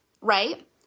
right